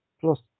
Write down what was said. plus